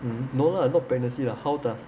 um no lah not pregnancy lah how does